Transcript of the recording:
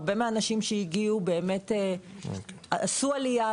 הרבה מהאנשים שהגיעו באמת עשו עלייה,